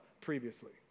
previously